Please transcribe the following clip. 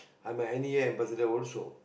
I'm a n_e_a ambassador also